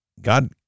God